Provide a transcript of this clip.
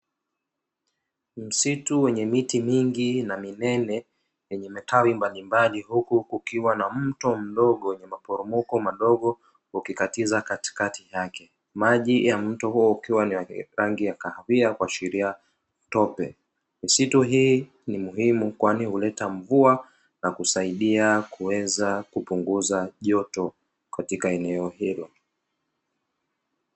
Msitu wenye miti mingi na minene yenye matawi mbalimbali huku kukiwa na mto mdogo wenye maporomoko madogo ukikatiza katikati yake maji ya mto huo ukiwa ni rangi ya kahawia kwa ikiashilia tope misitu hii ni muhimu kwani huleta mvua na kusaidia kuweza kupunguza joto katika eneo hilo